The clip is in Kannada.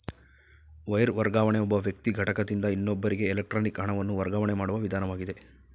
ವೈರ್ ವರ್ಗಾವಣೆ ಒಬ್ಬ ವ್ಯಕ್ತಿ ಘಟಕದಿಂದ ಇನ್ನೊಬ್ಬರಿಗೆ ಎಲೆಕ್ಟ್ರಾನಿಕ್ ಹಣವನ್ನು ವರ್ಗಾವಣೆ ಮಾಡುವ ವಿಧಾನವಾಗಿದೆ